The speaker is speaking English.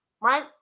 right